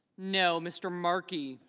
no. mr. markey